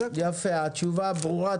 יפה, התשובה ברורה.